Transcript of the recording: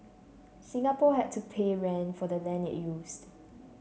Singapore had to pay rent for the land it used